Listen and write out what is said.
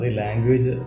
language